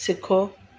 सिखो